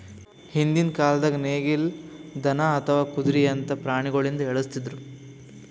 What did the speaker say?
ಹಿಂದ್ಕಿನ್ ಕಾಲ್ದಾಗ ನೇಗಿಲ್, ದನಾ ಅಥವಾ ಕುದ್ರಿಯಂತಾ ಪ್ರಾಣಿಗೊಳಿಂದ ಎಳಸ್ತಿದ್ರು